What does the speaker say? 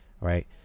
right